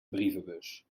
brievenbus